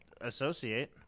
associate